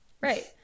right